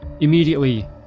Immediately